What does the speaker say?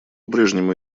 прежнему